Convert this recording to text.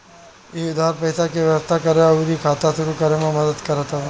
इ उधार पईसा के व्यवस्था करे अउरी खाता शुरू करे में मदद करत हवे